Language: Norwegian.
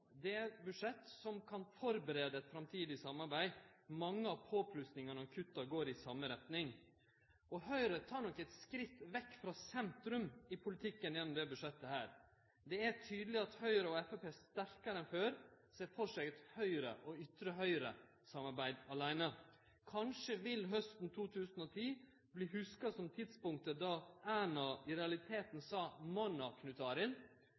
Det er budsjett som kan førebu eit framtidig samarbeid – mange av påplussingane og kutta går i same retning. Høgre tek nok eit skritt vekk frå sentrum i politikken gjennom dette budsjettet. Det er tydeleg at Høgre og Framstegspartiet sterkare enn før ser for seg Høgre–ytre-høgre-samarbeid aleine. Kanskje vil hausten 2010 verte hugsa som tidspunktet då Erna i realiteten